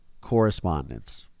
correspondence